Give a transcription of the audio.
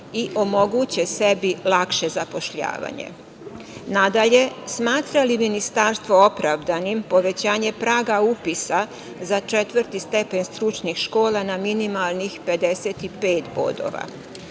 i omoguće sebi lakše zapošljavanje. Nadalje, smatra li ministarstvo opravdanim povećanje praga upisa za četvrti stepen stručnih škola na minimalnih 55 bodova?